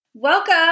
Welcome